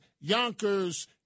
Yonkers